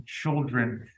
children